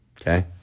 okay